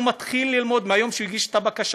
מתחיל ללמוד מהיום שהוא הגיש את הבקשה.